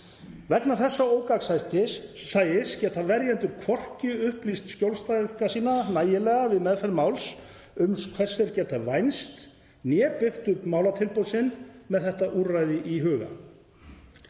Vegna þessa ógagnsæis geta verjendur hvorki upplýst skjólstæðinga sína nægilega, við meðferð máls, um hvers þeir geta vænst né byggt málatilbúnað sinn upp með þetta úrræði í huga.